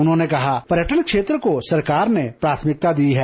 उन्होंने कहा पर्यटन क्षेत्र को सरकार ने प्राथमिकता दी है